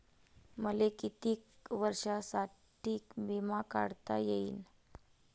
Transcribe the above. मले कितीक वर्षासाठी बिमा काढता येईन?